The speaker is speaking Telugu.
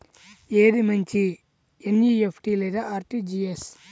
ఏది మంచి ఎన్.ఈ.ఎఫ్.టీ లేదా అర్.టీ.జీ.ఎస్?